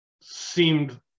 seemed